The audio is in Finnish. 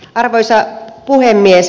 arvoisa puhemies